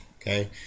okay